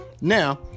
Now